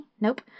Nope